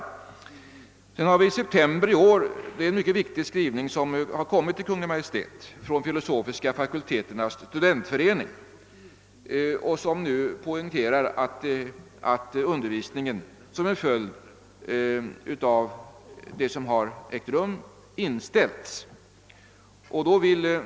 I september sänder filosofiska fakulteternas studentförening en mycket viktig skrivelse till Kungl. Maj:t. Där poängterar man att undervisningen inställts till följd av det som har ägt rum.